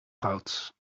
rood